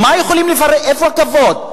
איפה הכבוד?